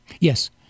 Yes